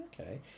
Okay